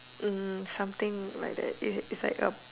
hmm something like that is is like a